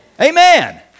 Amen